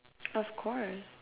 of course